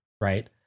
right